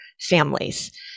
families